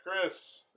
Chris